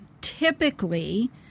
typically –